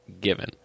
given